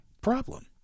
problem